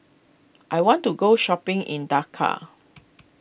I want to go shopping in Dakar